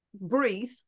breathe